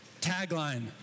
tagline